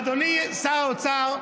אדוני שר האוצר,